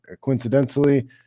coincidentally